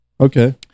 Okay